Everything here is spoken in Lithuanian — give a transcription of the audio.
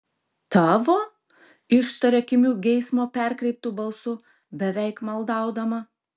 tavo ištaria kimiu geismo perkreiptu balsu beveik maldaudama